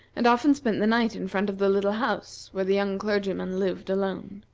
and often spent the night in front of the little house where the young clergyman lived alone.